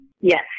Yes